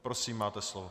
Prosím, máte slovo.